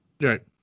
Right